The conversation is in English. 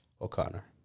O'Connor